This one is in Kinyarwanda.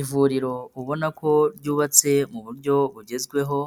Ivuriro ubona ko ryubatse mu buryo bugezweho,